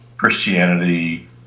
Christianity